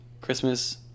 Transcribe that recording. Christmas